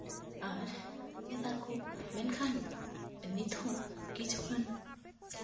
ᱟᱨ ᱱᱮᱛᱟᱨ ᱠᱚ ᱢᱮᱱᱠᱷᱟᱱ ᱱᱤᱛ ᱦᱚᱸ ᱠᱤᱪᱷᱩᱜᱟᱱ